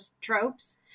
tropes